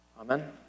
Amen